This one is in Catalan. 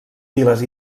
viles